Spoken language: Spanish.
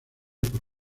por